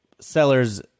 sellers